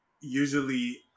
usually